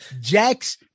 Jack's